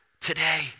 today